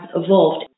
evolved